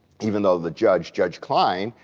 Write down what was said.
even though the judge, judge klein,